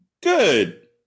Good